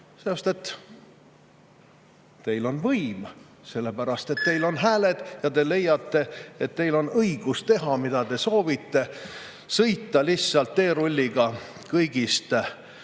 Sest teil on võim, sellepärast et teil on hääled ja te leiate, et teil on õigus teha, mida te soovite, sõita lihtsalt teerulliga kõigist üle.